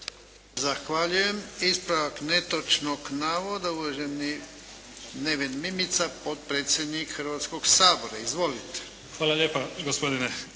Zahvaljujem. Ispravak netočnog navoda uvaženi Neven Mimica potpredsjednik Hrvatskoga sabora. Izvolite. **Mimica, Neven